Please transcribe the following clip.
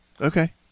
Okay